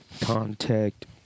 Contact